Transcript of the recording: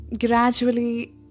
gradually